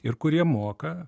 ir kurie moka